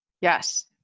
Yes